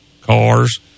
cars